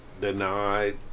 denied